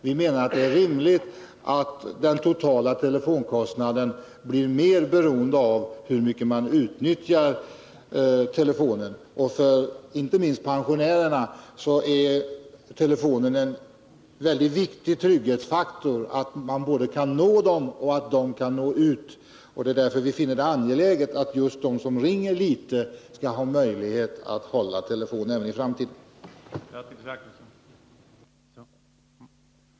Vi menar att det är rimligt att den totala telefonkostnaden blir mer beroende av hur mycket man utnyttjar telefonen. Inte minst för pensionärerna är telefonen en väldigt viktig trygghetsfaktor, både genom att man kan nå dem och genom att de kan nå ut. Det är därför vi finner det angeläget att just de som ringer litet skall ha Nr 159 möjlighet att hålla telefon även i framtiden.